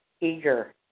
eager